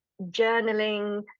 journaling